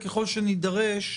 ככל שנידרש,